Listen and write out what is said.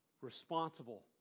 responsible